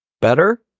Better